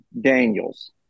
Daniels